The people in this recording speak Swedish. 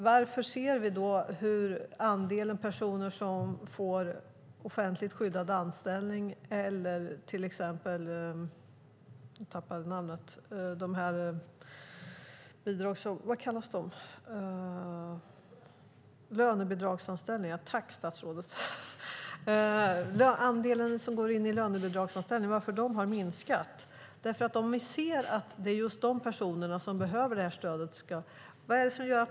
Varför ser vi att andelen som får offentligt skyddad anställning eller lönebidragsanställning har minskat? Det är ju dessa personer som behöver detta stöd.